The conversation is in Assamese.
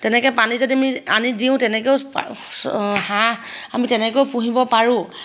তেনেকৈ পানী যদি আমি আনি দিওঁ তেনেকৈও পা হাঁহ আমি তেনেকৈও পুহিব পাৰোঁ